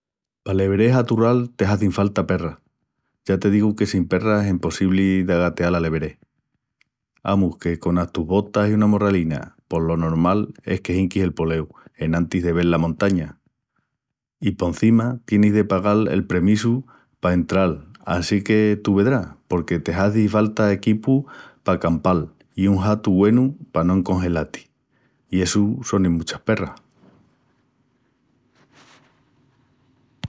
Pal Everest aturral te hazin falta perras. Ya te digu que sin perras es empossibli d'agateal el Everest. Amus, que conas tus botas i una morralina pos lo normal es que hinquis el poleu enantis de vel la montaña. I porcima tienis de pagal el premissu pa entral assínque tú vedrás porque te hazi falta equipu pa campal i un hatu güenu pa no encongelal-ti. I essu sonin muchas perras!